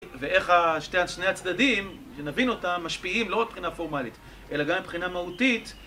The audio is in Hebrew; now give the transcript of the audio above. ואיך ה... שתי ה... שני הצדדים, שנבין אותם, משפיעים לא רק מבחינה פורמלית אלא גם מבחינה מהותית